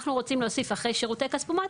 אנחנו רוצים להוסיף אחרי "שירותי כספומט"